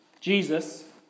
Jesus